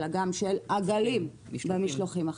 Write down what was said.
אלא גם של עגלים במשלוחים החיים?